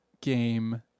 game